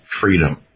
Freedom